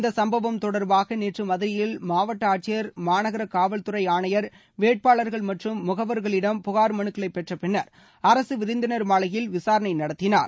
இந்த சம்பவம் தொடர்பாக நேற்று மதுரையில் மாவட்ட ஆட்சியர் மாநகர காவல்துறை ஆணையர் வேட்பாளர்கள் மற்றும் முகவர்களிடம் புகார் மனுக்களை பெற்ற பின்னர் அரசு விருந்தினர் மாளிகையில் விசாரணை நடத்தினார்